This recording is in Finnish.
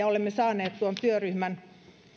olemme saaneet tuon työryhmän